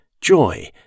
joy